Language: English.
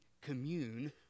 commune